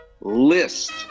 list